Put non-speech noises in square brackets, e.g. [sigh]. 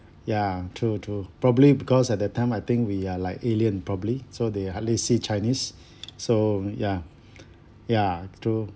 ya true true probably because at that time I think we are like alien probably so they're hardly see chinese [breath] so ya [breath] ya true